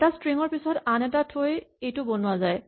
এটা ষ্ট্ৰিং ৰ পিছত আন এটা থৈ এইটো বনোৱা যায়